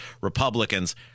Republicans